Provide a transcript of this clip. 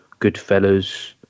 Goodfellas